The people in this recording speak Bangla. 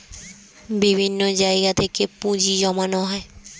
বিভিন্ন জায়গা থেকে পুঁজি জমানো হয়